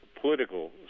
political